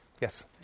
Yes